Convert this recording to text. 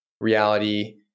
reality